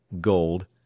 gold